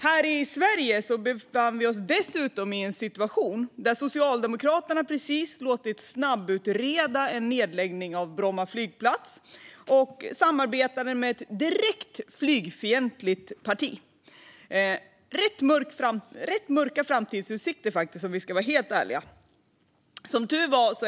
Här i Sverige befann vi oss dessutom i en situation där Socialdemokraterna precis låtit snabbutreda en nedläggning av Bromma flygplats. Och de samarbetade med ett direkt flygfientligt parti. Det var faktiskt rätt mörka framtidsutsikter, om vi ska vara helt ärliga.